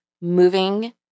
moving